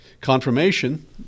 Confirmation